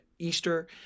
Easter